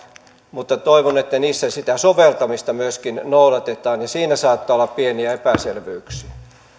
mutta toivon että niissä sitä soveltamista myöskin noudatetaan ja siinä saattaa olla pieniä epäselvyyksiä